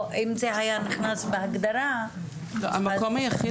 או אם זה היה נכנס בהגדרה --- המקום היחיד,